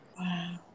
Wow